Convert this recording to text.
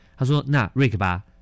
他说那Rick吧